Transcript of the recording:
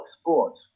Sports